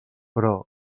però